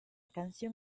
canción